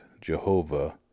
Jehovah